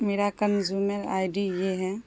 میرا consumer I D یہ ہے